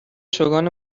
چوگان